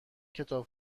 کتاب